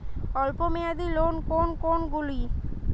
অল্প মেয়াদি লোন কোন কোনগুলি?